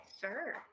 Sure